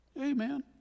Amen